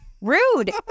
Rude